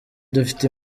dufite